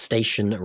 Station